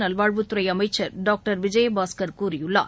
நல்வாழ்வுத் துறைஅமைச்சர் டாக்டர் விஜயபாஸ்கர் கூறியுள்ளார்